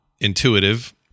intuitive